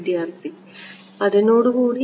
വിദ്യാർത്ഥി അതിനോടുകൂടി